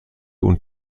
und